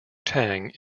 tang